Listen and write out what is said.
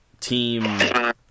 Team